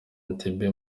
entebbe